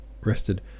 rested